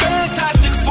Fantastic